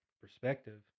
perspective